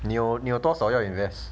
你有你有多少要 invest